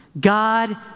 God